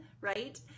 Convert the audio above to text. right